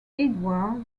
edward